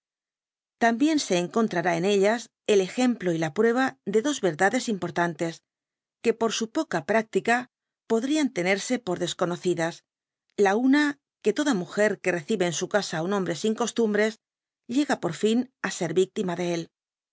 también se encontrará en ellas d ejemplo y la prueba de dos verdades importantes que por su poca práctica pedrian tenerse por desconocidas la una que toda múger que recibe eja su casa á un hombre sin costumbres llega por fin á ser victima de él